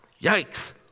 yikes